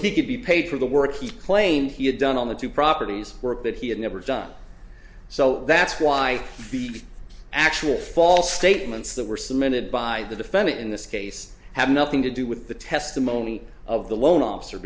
could be paid for the work he claimed he had done on the two properties work that he had never done so that's why the actual false statements that were submitted by the defendant in this case had nothing to do with the testimony of the loan officer